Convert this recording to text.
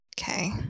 Okay